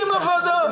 לוועדה.